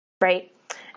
Right